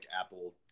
Apple